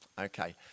okay